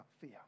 fear